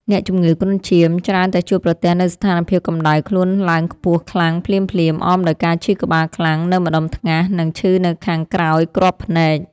អ្នកជំងឺគ្រុនឈាមច្រើនតែជួបប្រទះនូវស្ថានភាពកម្ដៅខ្លួនឡើងខ្ពស់ខ្លាំងភ្លាមៗ អមដោយការឈឺក្បាលខ្លាំងនៅម្ដុំថ្ងាស និងឈឺនៅខាងក្រោយគ្រាប់ភ្នែក។